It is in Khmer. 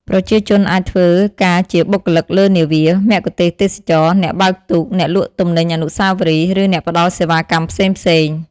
ប្រជាជនអាចធ្វើការជាបុគ្គលិកលើនាវា មគ្គុទ្ទេសក៍ទេសចរណ៍ អ្នកបើកទូក អ្នកលក់ទំនិញអនុស្សាវរីយ៍ ឬអ្នកផ្តល់សេវាកម្មផ្សេងៗ។